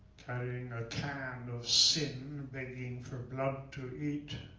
carrying a can of sin, begging for blood to eat.